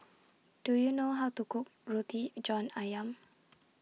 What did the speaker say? Do YOU know How to Cook Roti John Ayam